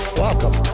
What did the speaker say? welcome